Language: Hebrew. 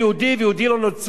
ומוסלמי לא נוצרי.